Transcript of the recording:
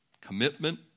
commitment